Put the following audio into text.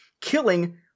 killing